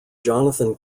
jonathan